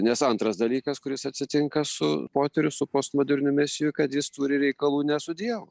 nes antras dalykas kuris atsitinka su poteriu su postmoderniu mesiju kad jis turi reikalų ne su dievu